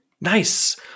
Nice